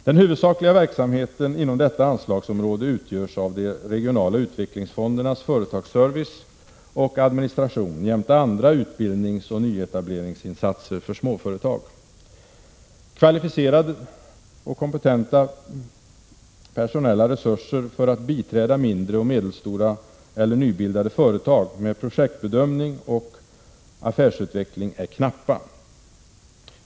Den huvudsakliga verksamheten inom detta anslagsområde utgörs av de regionala utvecklingsfondernas företagsservice och administration jämte andra utbildningsoch nyetableringsinsatser för småföretag. Kvalificerade och kompetenta personella resurser för att biträda mindre och medelstora eller nybildade företag med projektbedömning och affärsutveckling är knappa.